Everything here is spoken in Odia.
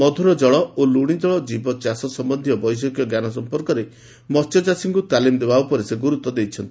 ମଧୁର ଜଳ ଓ ଲ୍ୱଶି ଜଳ ଜୀବ ଚାଷ ସମ୍ୟନ୍ଧୀୟ ବୈଷୟିକ ଜ୍ଞାନ ସମ୍ମର୍କରେ ମହ୍ୟଚାଷୀଙ୍କୁ ତାଲିମ୍ ଦେବା ଉପରେ ସେ ଗୁରୁତ୍ୱ ଦେଇଛନ୍ତି